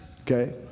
okay